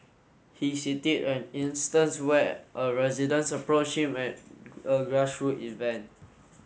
he city an instance where a resident approached him at a grass root event